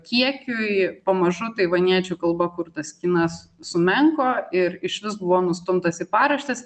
kiekiui pamažu taivaniečių kalba kurtas kinas sumenko ir išvis buvo nustumtas į paraštes